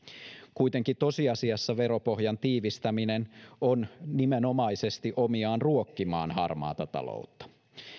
kuitenkin tosiasiassa veropohjan tiivistäminen on nimenomaisesti omiaan ruokkimaan harmaata taloutta